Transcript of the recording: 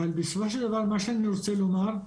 אבל, בסופו של דבר, מה שאני רוצה לומר הוא